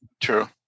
True